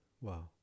Wow